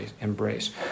embrace